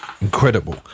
incredible